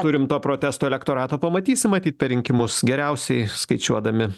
turim to protesto elektorato pamatysim matyt per rinkimus geriausiai skaičiuodami